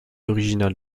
originales